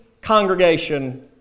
congregation